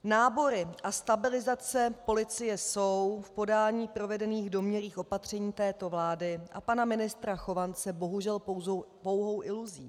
Nábory a stabilizace policie jsou v podání provedených domnělých opatření této vlády a pana ministra Chovance bohužel pouhou iluzí.